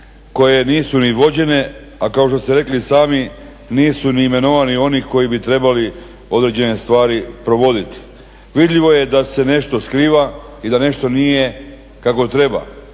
koje nisu ni vođene, a kao što ste rekli i sami nisu ni imenovani oni koji bi trebali određene stvari provoditi. Vidljivo je da se nešto skriva i da nešto nije kako treba,